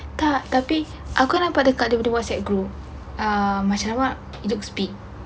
tak tapi aku nampak dia dekat pada whatsapp group uh macam apa it looks big